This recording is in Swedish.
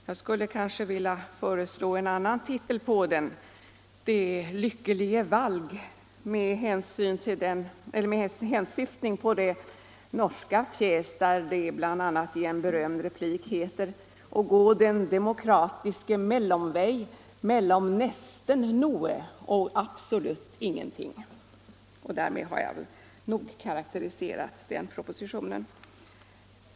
Jag skulle vilja föreslå en annan titel på den, nämligen Det lykkelige valg - med hänsyftning på den norska pjäs där det bl.a. i en berömd replik heter: og gå den demokratiske mellomvei mellom nesten noe og absolutt ingenting. Därmed har jag nog karakteriserat den propositionen.